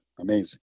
Amazing